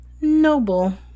noble